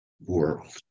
world